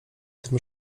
tym